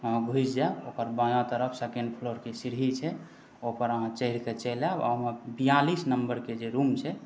अहाँ घुसि जायब ओकर बायाँ तरफ सेकेण्ड फ्लोरके सीढ़ी छै ओहिपर अहाँ चढ़िक चलि आयब अहाँ बियालिस नम्बरके जे रूम छै